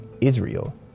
Israel